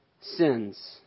sins